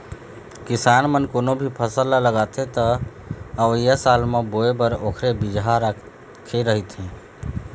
किसान मन कोनो भी फसल ल लगाथे त अवइया साल म बोए बर ओखरे बिजहा राखे रहिथे